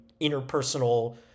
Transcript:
interpersonal